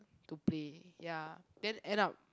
to play ya then end up